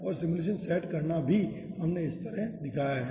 और simulation set करना भी हमने इस तरह दिखाया है